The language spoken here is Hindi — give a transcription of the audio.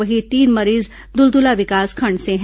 वहीं तीन मरीज दुलदुला विकासखंड से हैं